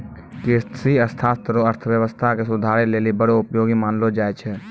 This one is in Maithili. कृषि अर्थशास्त्र रो अर्थव्यवस्था के सुधारै लेली बड़ो उपयोगी मानलो जाय छै